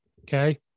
okay